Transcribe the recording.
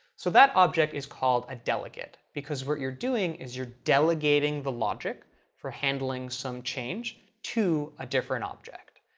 so that object is called a delegate, because what you're doing is you're delegating the logic for handling some change to a different object.